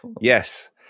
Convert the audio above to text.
yes